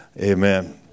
Amen